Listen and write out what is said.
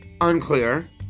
Unclear